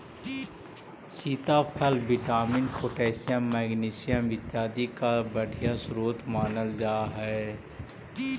सीताफल vitamin, potassium, magnesium इत्यादि का बढ़िया स्रोत मानल जा हई